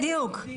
בדיוק.